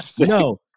No